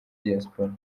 diaspora